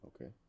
Okay